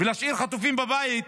ולהשאיר חטופים בבית,